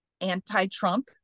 anti-Trump